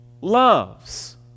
loves